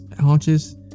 haunches